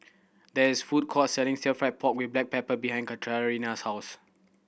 there is a food court selling Stir Fried Pork With Black Pepper behind Katarina's house